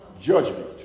Judgment